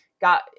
got